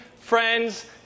friends